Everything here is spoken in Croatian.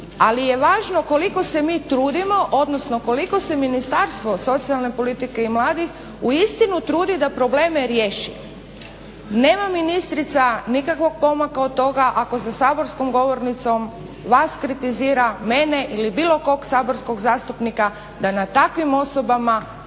ali je važno koliko se mi trudimo, odnosno koliko se Ministarstvo socijalne politike i mladih uistinu trudi da probleme riješi. Nema ministrica nikakvog pomaka od toga ako za saborskom govornicom vas kritizira, mene ili bilo kog saborskog zastupnika da na takvim osobama gradimo